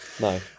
No